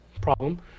problem